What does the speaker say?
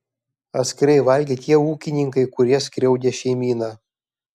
atskirai valgė tie ūkininkai kurie skriaudė šeimyną